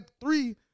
three